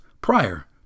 prior